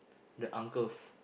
the uncles